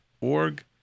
org